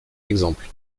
exemple